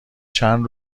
چند